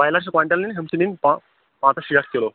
broiler چھِ quintal نِنۍ ہُم چھِ نِنۍ پان پنٛژاہ شیٹھ کِلوٗ